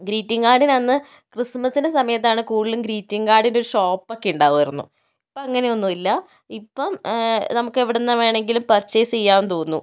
greeting കാർഡിന് അന്ന് ക്രിസ്മസിൻ്റെ സമയത്താണ് കൂടുതലും ഗ്രീറ്റിംഗ് കാർഡിൻ്റെ ഒരു ഷോപ്പ് ഒക്കെ ഉണ്ടാകുമായിരുന്നു ഇപ്പം അങ്ങനെ ഒന്നും ഇല്ല ഇപ്പം നമുക്ക് എവിടെ നിന്ന് വേണമെങ്കിലും പർച്ചേസ് ചെയ്യാൻ തോന്നും